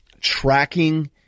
tracking